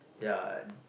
ya